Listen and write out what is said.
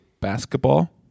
basketball